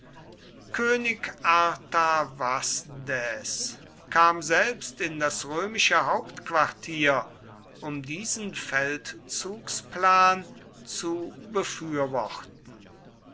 könig artavasdes kam selbst in das römische hauptquartier um diesen feldzugsplan zu befürworten